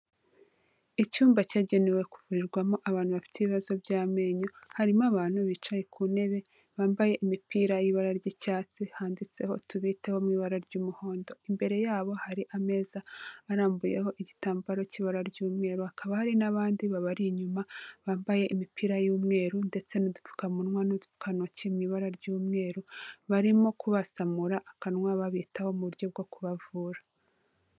Icyumba cyagenewe kuvurirwamo abantu bafite ibibazo by'amenyo, harimo abantu bicaye ku ntebe, bambaye imipira y'ibara ry'icyatsi handitseho, tubiteho mu ibara ry'umuhondo. Imbere yabo hari ameza arambuyeho igitambaro kibara ry'umweru, hakaba hari n'abandi babari inyuma, bambaye imipira y'umweru ndetse n'udupfukamunwa n'udupfukantoki mu ibara ry'umweru, barimo kubasamura akanwa babitaho mu buryo bwo kubavura.